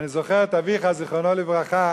אני זוכר את אביך, זיכרונו לברכה,